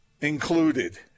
included